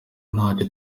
ntacyo